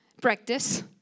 practice